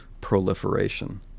proliferation